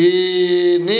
ତିନି